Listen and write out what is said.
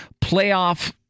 playoff